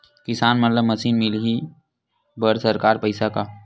किसान मन ला मशीन मिलही बर सरकार पईसा का?